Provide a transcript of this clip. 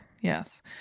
Yes